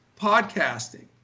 podcasting